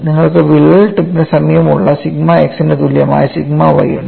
നിങ്ങൾക്ക് വിള്ളൽ ടിപ്പിന് സമീപമുള്ള സിഗ്മ x ന് തുല്യമായ സിഗ്മ y ഉണ്ട്